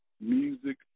Music